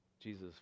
Jesus